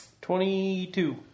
Twenty-two